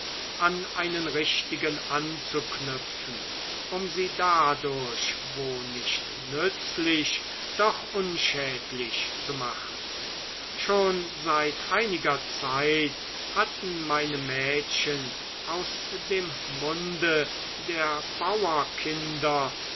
an einen richtigen anzuknüpfen um sie dadurch wo nicht nützlich doch unschädlich zu machen schon seit einiger zeit hatten meine mädchen aus dem munde der